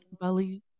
Bali